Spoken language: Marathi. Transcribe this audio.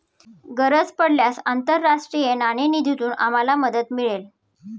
गरज पडल्यास आंतरराष्ट्रीय नाणेनिधीतून आम्हाला मदत मिळेल